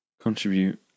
contribute